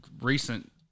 recent